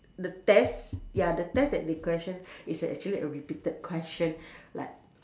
the test ya the test that they question is actually a repeated question like